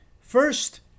First